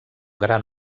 gran